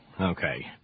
Okay